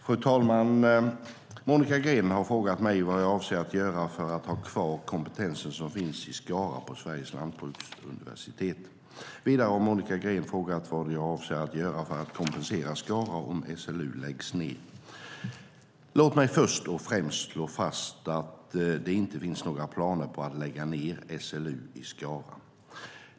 Fru talman! Monica Green har frågat mig vad jag avser att göra för att ha kvar kompetensen som finns i Skara på Sveriges lantbruksuniversitet. Vidare har Monica Green frågat vad jag avser att göra för att kompensera Skara om SLU läggs ned. Låt mig först och främst slå fast att det inte finns några planer på att lägga ned SLU i Skara.